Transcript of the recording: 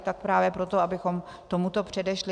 Tak právě proto, abychom tomuto předešli.